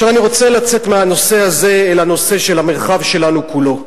אני רוצה לצאת מהנושא הזה אל הנושא של המרחב שלנו כולו.